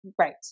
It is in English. Right